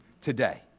today